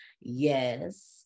Yes